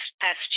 past